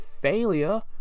failure